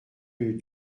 rue